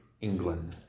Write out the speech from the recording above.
England